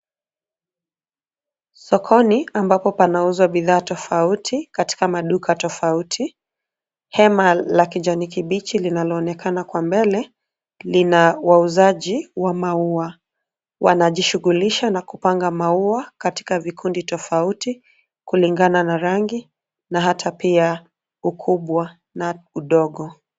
Sokoni ambapo panauzwa bidhaa tofauti katika maduka tofauti. Hema la kijani kibichi linaloonekana kwa mbele lina wauzaji wa maua. Wanajishughulisha na kupanga maua katika vikundi tofauti kulingana na rangi na hata pia ukubwa na udogo.